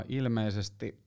ilmeisesti